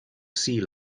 sea